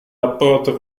rapporto